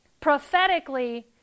Prophetically